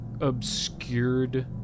obscured